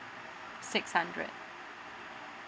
six hundred